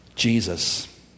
Jesus